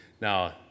Now